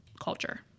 culture